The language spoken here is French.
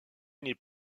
n’est